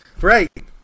right